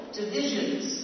divisions